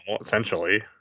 essentially